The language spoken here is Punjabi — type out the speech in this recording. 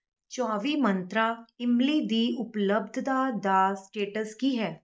ਚੌਵੀ ਮੰਤਰਾ ਇਮਲੀ ਦੀ ਉਪਲਬਧਤਾ ਦਾ ਸਟੇਟਸ ਕੀ ਹੈ